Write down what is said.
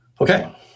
Okay